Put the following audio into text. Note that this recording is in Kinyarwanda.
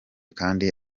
kandi